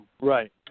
Right